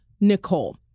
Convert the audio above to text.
Nicole